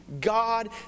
God